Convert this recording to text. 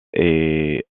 est